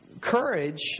courage